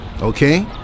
okay